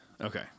Okay